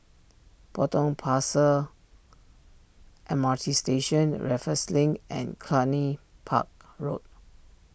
Potong Pasir M R T Station Raffles Link and Cluny Park Road